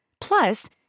Plus